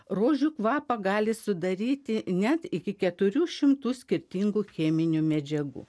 rožių kvapą gali sudaryti net iki keturių šimtų skirtingų cheminių medžiagų